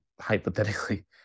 hypothetically